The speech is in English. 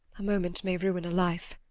a moment may ruin a life.